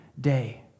day